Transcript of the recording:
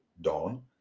dawn